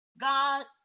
God